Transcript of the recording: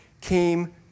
came